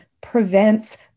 prevents